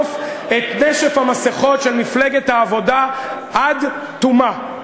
נחשוף את נשף המסכות של מפלגת העבודה עד תומו.